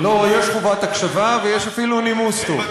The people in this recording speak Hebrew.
לא, יש חובת הקשבה, ויש אפילו נימוס טוב.